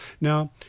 Now